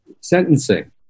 Sentencing